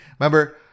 Remember